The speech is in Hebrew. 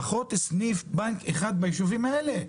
לפחות סניף בנק אחד בישובים האלה.